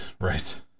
Right